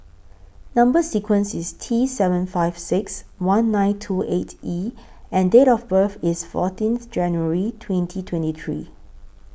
Number sequence IS T seven five six one nine two eight E and Date of birth IS fourteenth January twenty twenty three